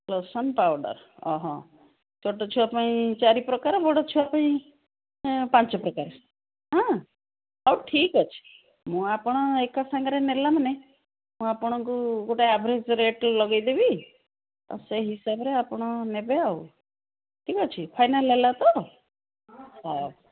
lotion powder ଅ ହ ଛୋଟ ଛୁଆ ପାଇଁ ଚାରି ପ୍ରକାର ବଡ଼ ଛୁଆ ପାଇଁ ପାଞ୍ଚ ପ୍ରକାର ହଁ ହଉ ଠିକ୍ ଅଛି ମୁଁ ଆପଣ ଏକା ସାଙ୍ଗରେ ନେଲା ମାନେ ମୁଁ ଆପଣଙ୍କୁ ଗୋଟେ ଆଭ୍ରେଜ୍ ରେଟ୍ ଲଗାଇଦେବି ଆଉ ସେହି ହିସାବରେ ଆପଣ ନେବେ ଆଉ ଠିକ୍ ଅଛି ଫାଇନାଲ୍ ହେଲା ତ ହଉ